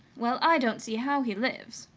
well, i don't see how he lives!